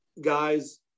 guys –